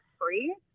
free